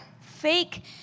fake